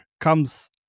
comes